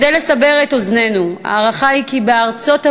כדי לסבר את אוזננו, ההערכה היא שבארצות-הברית,